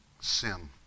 sin